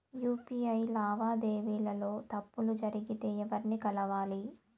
UPI లావాదేవీల లో తప్పులు జరిగితే ఎవర్ని కలవాలి?